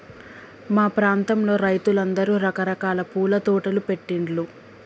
మా ప్రాంతంలో రైతులందరూ రకరకాల పూల తోటలు పెట్టిన్లు